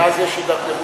מאז יש התדרדרות.